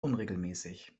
unregelmäßig